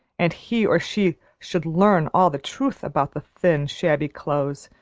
and he or she should learn all the truth about the thin, shabby clothes,